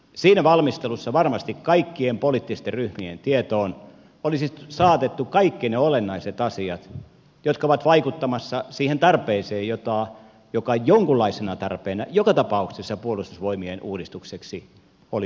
siinä valmistelussa varmasti kaikkien poliittisten ryhmien tietoon olisi saatettu kaikki ne olennaiset asiat jotka ovat vaikuttamassa siihen tarpeeseen joka jonkunlaisena tarpeena joka tapauksessa puolustusvoimien uudistukseksi oli olemassa